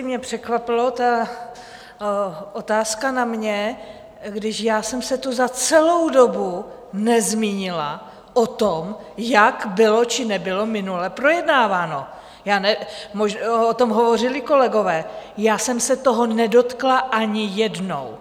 Mě překvapila ta otázka na mě, když jsem se za celou dobu nezmínila o tom, jak bylo či nebylo minule projednáváno, o tom hovořili kolegové, já jsem se toho nedotkla ani jednou.